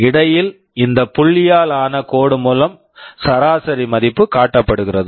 இடையில் இந்த புள்ளியால் ஆன கோடு மூலம் சராசரி மதிப்பு காட்டப்படுகிறது